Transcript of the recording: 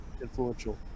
influential